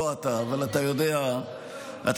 לא אתה, אבל אתה יודע, עזוב.